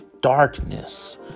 Darkness